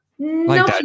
No